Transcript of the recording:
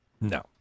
No